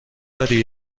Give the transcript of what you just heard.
داری